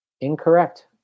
Incorrect